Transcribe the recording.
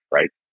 Right